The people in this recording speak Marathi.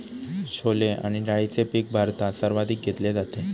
छोले आणि डाळीचे पीक भारतात सर्वाधिक घेतले जाते